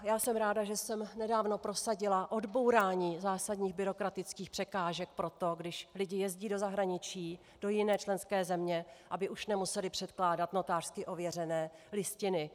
Já jsem ráda, že jsem nedávno prosadila odbourání zásadních byrokratických překážek pro to, když lidi jezdí do zahraničí, do jiné členské země, aby už nemuseli předkládat notářsky ověřené listiny.